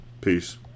Peace